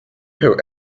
hear